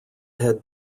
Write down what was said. had